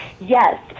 yes